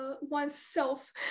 oneself